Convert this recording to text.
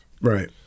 Right